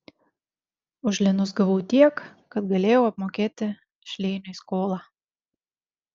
už linus gavau tiek kad galėjau apmokėti šleiniui skolą